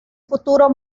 futuro